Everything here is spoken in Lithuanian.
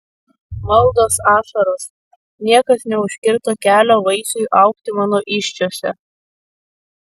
maldos ašaros niekas neužkirto kelio vaisiui augti mano įsčiose